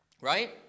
right